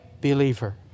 believer